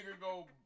go